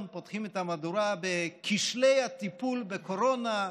פותחים את המהדורה בכשלי הטיפול בקורונה,